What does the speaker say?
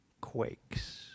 quakes